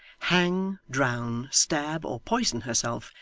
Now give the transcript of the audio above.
hang, drown, stab, or poison herself,